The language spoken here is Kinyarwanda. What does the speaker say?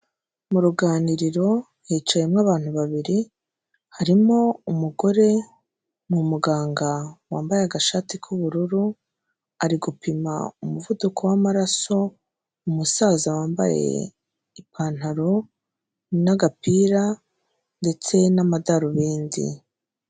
Mu ruganiriro hicayemo abantu babiri, harimo umugore ni umuganga wambaye agashati k'ubururu, ari gupima umuvuduko w'amaraso, umusaza wambaye ipantaro n'agapira, ndetse n'amadarubindi.